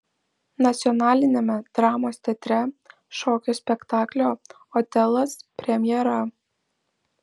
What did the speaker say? nacionaliniame dramos teatre šokio spektaklio otelas premjera